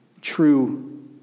true